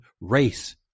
race